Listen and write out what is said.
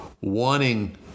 wanting